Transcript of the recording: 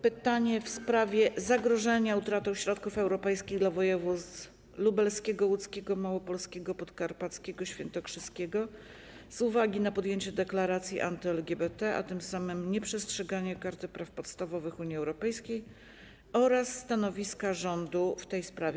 Pytanie w sprawie zagrożenia utratą środków europejskich dla województw lubelskiego, łódzkiego, małopolskiego, podkarpackiego i świętokrzyskiego z uwagi na przyjęcie deklaracji anty-LGBT, a tym samym nieprzestrzeganie Karty Praw Podstawowych Unii Europejskiej, oraz stanowiska rządu w tej sprawie.